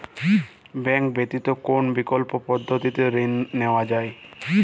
Bank ব্যতিত কোন বিকল্প পদ্ধতিতে ঋণ নেওয়া যায়?